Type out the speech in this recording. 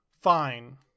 fine